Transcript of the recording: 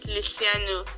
Luciano